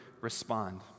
respond